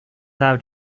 out